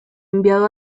enviado